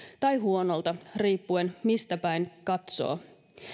tai huonolta riippuen mistä päin katsoo